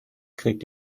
kriegt